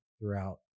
throughout